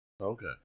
Okay